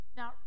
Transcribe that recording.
now